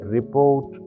Report